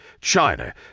China